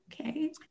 okay